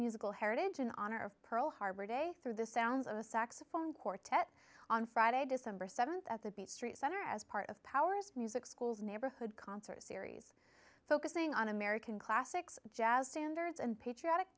musical heritage in honor of pearl harbor day through the sounds of a saxophone quartet on friday december th at the st center as part of power's music schools neighborhood concert series focusing on american classics jazz standards and patriotic